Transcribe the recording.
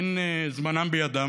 אין זמנם בידם.